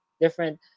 different